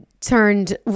turned